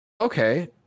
okay